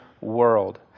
world